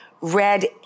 red